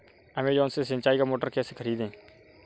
Amazon से सिंचाई का मोटर कैसे खरीदें?